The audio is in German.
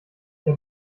der